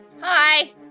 Hi